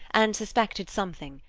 and suspected something.